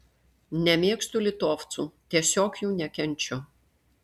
nemėgstu litovcų tiesiog jų nekenčiu